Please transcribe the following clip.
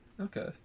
Okay